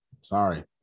sorry